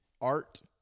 art